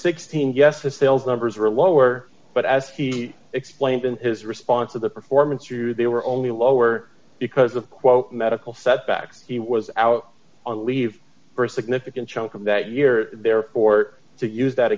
sixteen yes the sales numbers were lower but as he explained in his response to the performance through they were only lower because of quote medical setback he was out on leave for a significant chunk of that year therefore to use that